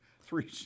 three